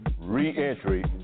Reentry